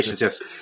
Yes